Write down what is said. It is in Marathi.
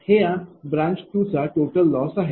आहे हे या ब्रांच 2 चा टोटल लॉस आहे